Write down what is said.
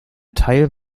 teil